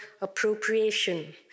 appropriation